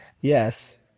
Yes